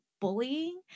bullying